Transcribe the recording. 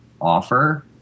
offer